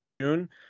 June